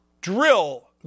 drill